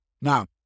now